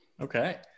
okay